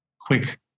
quick